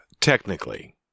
Technically